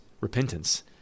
repentance